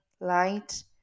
light